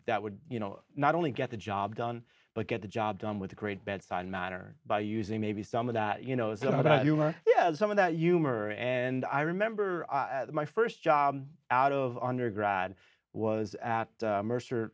that would you know not only get the job done but get the job done with a great bedside manner by using maybe some of that you know some of that you marie and i remember my first job out of undergrad was at mercer